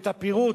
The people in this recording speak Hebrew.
ואת הפירוט,